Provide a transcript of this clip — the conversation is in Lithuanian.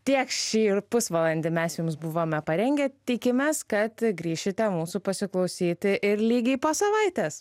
tiek šį pusvalandį mes jums buvome parengę tikimės kad grįšite mūsų pasiklausyti ir lygiai po savaitės